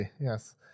Yes